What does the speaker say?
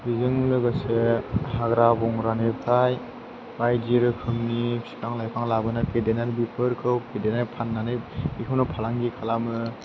बेजों लोगोसे हाग्रा बंग्रानिफ्राय बायदि रोखोमनि बिफां लाइफां लाबोनानै फेदेरनानै बेफोरखौ फेदेरनाय फाननानै बेखौनो फालांगि खालामो